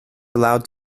allowed